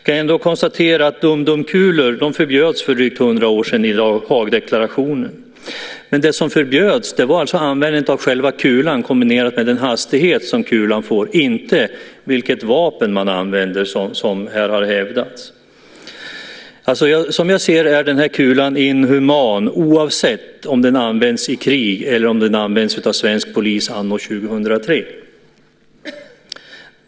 Jag kan konstatera att dumdumkulor förbjöds för drygt hundra år sedan i Haagdeklarationen, men det som förbjöds var alltså användningen av själva kulan kombinerat med den hastighet som kulan får - inte, som här har hävdats, vilket vapen som används. Som jag ser det är kulan inhuman oavsett om den används i krig eller av svensk polis anno 2003.